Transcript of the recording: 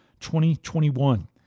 2021